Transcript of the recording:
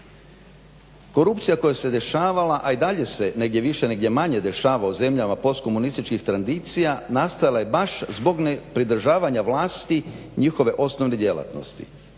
Korupcija koja se dešavala a i dalje se negdje manje, negdje manje dešava u zemljama postkomunističkih tranzicija nastala je baš zbog nepridržavanja vlasti njihove osnovne djelatnosti,